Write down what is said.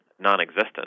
Non-existent